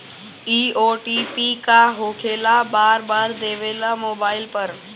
इ ओ.टी.पी का होकेला बार बार देवेला मोबाइल पर?